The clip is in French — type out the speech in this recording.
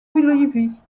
bolivie